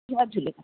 Jay Jhulelal